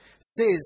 says